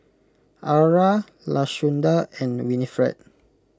Aura Lashunda and Winifred